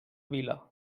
vila